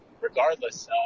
regardless